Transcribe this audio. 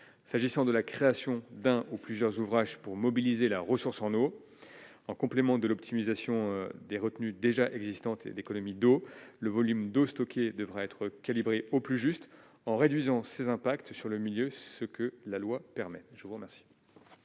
s'agissant de la création d'un ou plusieurs ouvrages pour mobiliser la ressource en eau, en complément de l'optimisation des retenues déjà existantes et d'économie d'eau, le volume d'eau stockée devra être calibré au plus juste en réduisant ses impacts sur le milieu, ce que la loi permet je vous remercie.